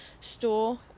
store